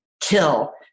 kill